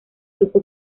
grupo